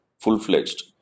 full-fledged